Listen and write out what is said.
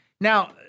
Now